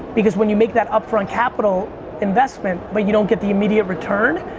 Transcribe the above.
because when you make that upfront capital investment, but you don't get the immediate return,